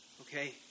Okay